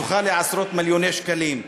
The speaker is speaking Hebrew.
זוכה לעשרות-מיליוני שקלים.